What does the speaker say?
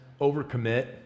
overcommit